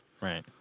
Right